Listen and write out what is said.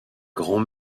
grand